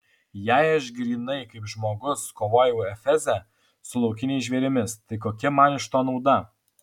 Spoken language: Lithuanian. jei aš grynai kaip žmogus kovojau efeze su laukiniais žvėrimis tai kokia man iš to nauda